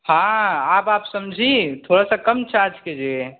हाँ आब आप समझी थोड़ा सा कम चार्ज कीजिए